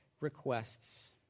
requests